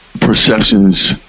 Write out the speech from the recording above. perceptions